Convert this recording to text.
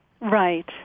Right